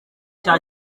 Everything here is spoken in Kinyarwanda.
cya